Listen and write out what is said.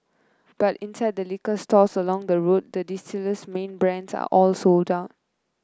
but inside the liquor stores along the road the distiller's main brands are all sold out